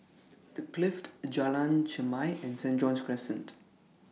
The Clift Jalan Chermai and Saint John's Crescent